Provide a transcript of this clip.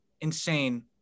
insane